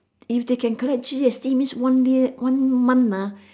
if they can collect G_S_T means one day one month ah